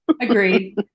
Agreed